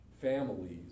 families